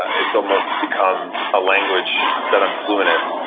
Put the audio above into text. it's almost become a language that i'm fluent in.